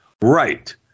right